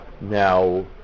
Now